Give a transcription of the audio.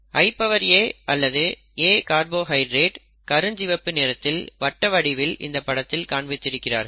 IA அல்லது A carbohydrate கருஞ்சிவப்பு நிறத்தில் வட்ட வடிவில் இந்த படத்தில் காண்பித்திருக்கிறார்கள்